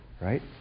right